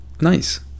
nice